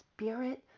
spirit